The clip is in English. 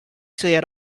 said